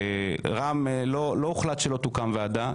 לא הוחלט שלא תוקם ועדה,